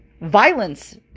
violence